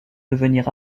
devenir